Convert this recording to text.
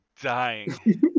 dying